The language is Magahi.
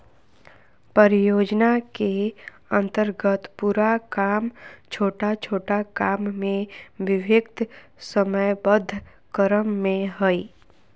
परियोजना के अन्तर्गत पूरा काम छोटा छोटा काम में विभक्त समयबद्ध क्रम में हइ